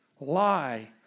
lie